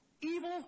Evil